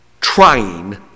trying